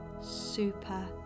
super